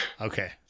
Okay